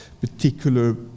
particular